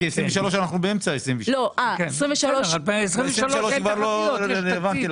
כי אנחנו באמצע 2023. 23' כבר לא רלוונטי.